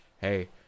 hey